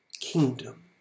kingdom